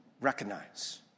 recognize